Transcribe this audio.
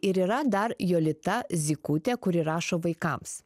ir yra dar jolita zykutė kuri rašo vaikams